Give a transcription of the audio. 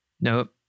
Nope